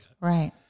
Right